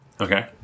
Okay